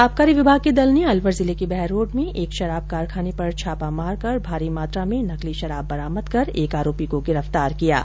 आबकारी विभाग के दल ने अलवर जिले के बहरोड में एक शराब कारखाने पर छापा मारकर भारी मात्रा में नकली शराब बरामद कर एक आरोपी को गिरफ्तार किया है